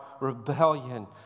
rebellion